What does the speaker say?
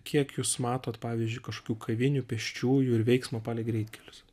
kiek jūs matot pavyzdžiui kažkokių kavinių pėsčiųjų ir veiksmo palei greitkelius